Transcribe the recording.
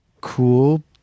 cool